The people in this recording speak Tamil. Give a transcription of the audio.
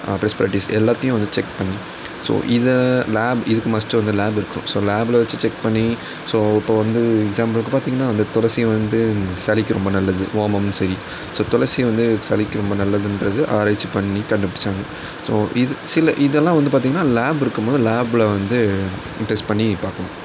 பெஸ்ட் ப்ராக்ட்டிஸ் எல்லாத்தேயும் கொஞ்சம் செக் பண்ணும் ஸோ இதை லேப் இதுக்கு மஸ்ட்டு வந்து லேப் இருக்கணும் ஸோ லேபில் வச்சு செக் பண்ணி ஸோ இப்போ வந்து எக்ஸாம்பிளுக்கு பார்த்தீங்கன்னா வந்து துளசி வந்து சளிக்கு ரொம்ப நல்லது ஓமம் சரி ஸோ துளசி வந்து சளிக்கு ரொம்ப நல்லதுன்றது ஆராய்ச்சி பண்ணி கண்டுப்பிடிச்சாங்க ஸோ இது சில இதெல்லாம் வந்து பார்த்தீங்கன்னா லேப் இருக்கும் போது லேபில் வந்து டெஸ்ட் பண்ணி பார்க்கணும்